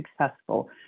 successful